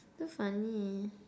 so funny